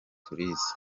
turizi